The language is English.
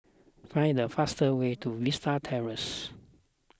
find the fastest way to Vista Terrace